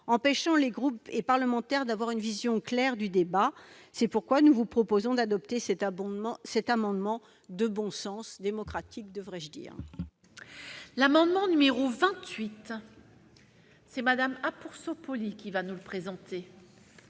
empêche les groupes et parlementaires d'avoir une vision claire du débat. C'est pourquoi nous vous proposons d'adopter cet amendement de bon sens- démocratique, devrais-je dire. L'amendement n° 28, présenté par Mme Assassi, M. Collombat,